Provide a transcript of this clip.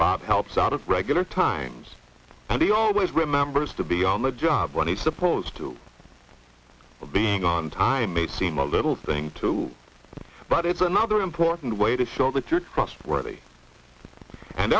bob helps out of regular times but he always remembers to be on the job when he's supposed to being on time may seem a little thing to you but it's another important way to show that you're trustworthy and